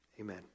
Amen